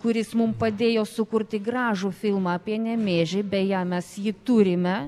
kuris mum padėjo sukurti gražų filmą apie nemėžį beje mes jį turime